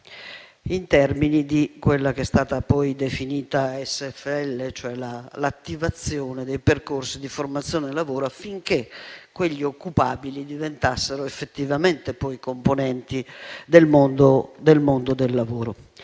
effetti di quella che è stata poi definita SFL, cioè l'attivazione dei percorsi di formazione e lavoro, affinché quegli occupabili diventassero effettivamente componenti del mondo del lavoro.